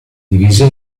divise